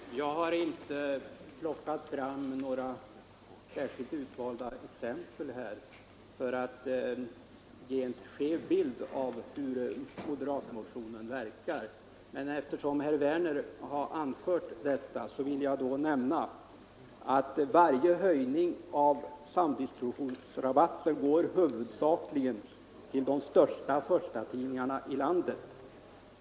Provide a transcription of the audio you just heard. Herr talman! Jag har inte plockat fram några särskilt utvalda exempel för att ge en skev bild av hur det moderata förslaget skulle verka. Men eftersom herr Werner i Malmö anfört detta vill jag säga att varje höjning av samdistributionsrabatten huvudsakligen går till de största förstatidningarna i landet.